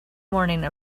morning